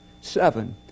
Seven